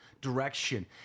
direction